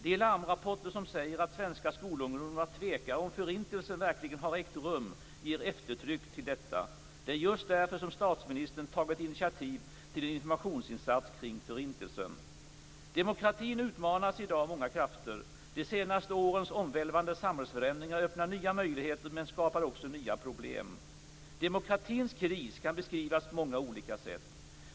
De larmrapporter som säger att svenska skolungdomar är tveksamma till att Förintelsen verkligen har ägt rum ger eftertryck till detta. Det är just därför som statsministern tagit initiativ till en informationsinsats kring Förintelsen. Demokratin utmanas i dag av många krafter. De senaste årens omvälvande samhällsförändringar öppnar nya möjligheter, men skapar också nya problem. Demokratins kris kan beskrivas på många olika sätt.